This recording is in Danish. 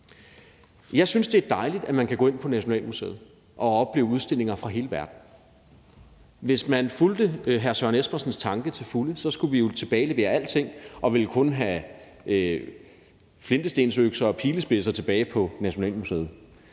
Jeg synes, det er dejligt, at man kan gå ind på Nationalmuseet og opleve udstillinger fra hele verden. Hvis man fulgte hr. Søren Espersens tanke til fulde, skulle vi jo tilbagelevere alting og ville kun have flintestensøkser og pilespidser tilbage på Nationalmuseet.